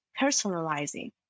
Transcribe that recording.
personalizing